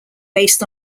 based